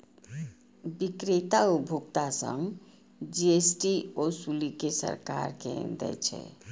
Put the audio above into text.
बिक्रेता उपभोक्ता सं जी.एस.टी ओसूलि कें सरकार कें दै छै